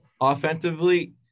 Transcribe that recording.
Offensively